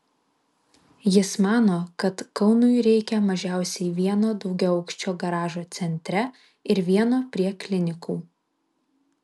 jis mano kad kaunui reikia mažiausiai vieno daugiaaukščio garažo centre ir vieno prie klinikų